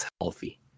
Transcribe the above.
Healthy